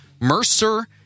Mercer